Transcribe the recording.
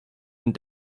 and